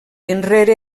enrere